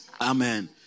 Amen